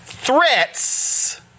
Threats